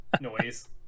noise